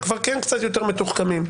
הם קצת יותר מתוחכמים,